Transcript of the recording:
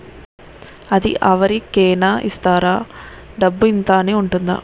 అది అవరి కేనా ఇస్తారా? డబ్బు ఇంత అని ఉంటుందా?